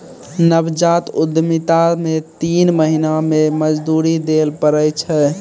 नवजात उद्यमिता मे तीन महीना मे मजदूरी दैल पड़ै छै